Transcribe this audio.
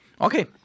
Okay